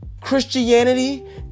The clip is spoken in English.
Christianity